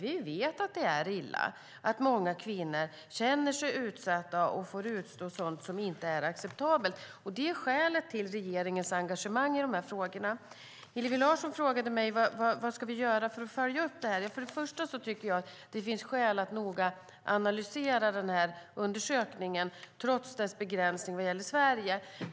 Vi vet att det är illa, att många kvinnor känner sig utsatta och får utstå sådant som inte är acceptabelt. Det är skälet till regeringens engagemang i frågorna. Hillevi Larsson frågade mig vad vi ska göra för att följa upp undersökningen. Först och främst finns det skäl att noga analysera undersökningen, trots dess begränsning vad gäller Sverige.